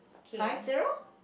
five zero